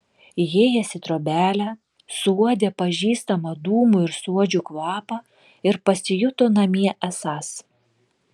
įėjęs į trobelę suuodė pažįstamą dūmų ir suodžių kvapą ir pasijuto namie esąs